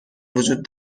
وجود